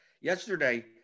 Yesterday